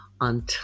On